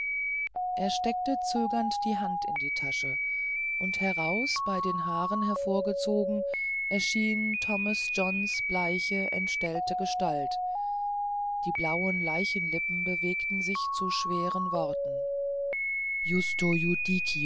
er steckte zögernd die hand in die tasche und daraus bei den haaren hervorgezogen erschien thomas johns bleiche entstellte gestalt und die blauen leichenlippen bewegten sich zu schweren worten justo